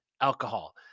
alcohol